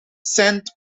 sand